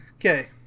Okay